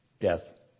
Death